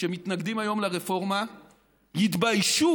שמתנגדים היום לרפורמה יתביישו